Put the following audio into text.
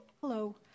Hello